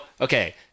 Okay